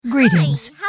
Greetings